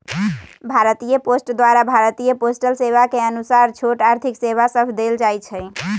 भारतीय पोस्ट द्वारा भारतीय पोस्टल सेवा के अनुसार छोट आर्थिक सेवा सभ देल जाइ छइ